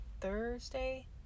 Thursday